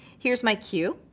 here's my q.